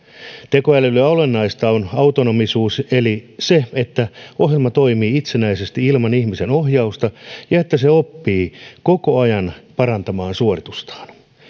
tekoälylle olennaista on autonomisuus eli se että ohjelma toimii itsenäisesti ilman ihmisen ohjausta ja että se oppii koko ajan parantamaan suoritustaan